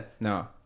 No